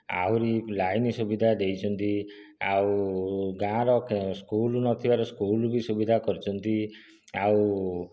ଆହୁରି ଲାଇନ୍ ସୁବିଧା ଦେଇଛନ୍ତି ଆଉ ଗାଁର ସ୍କୁଲ୍ ନଥିବାରୁ ସ୍କୁଲ୍ ବି ସୁବିଧା କରିଛନ୍ତି ଆଉ